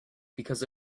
because